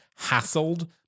hassled